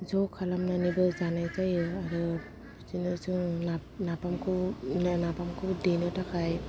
ज' खालामनानै बो जानाय जायो बिदिनो जों नाफामखौ देनो थाखाय